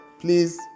please